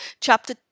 chapter